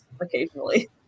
occasionally